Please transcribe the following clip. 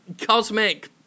cosmic